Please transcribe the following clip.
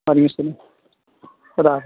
وعلیکم السلام خدا حافظ